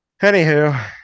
anywho